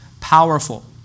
powerful